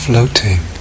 Floating